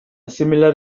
similar